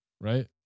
right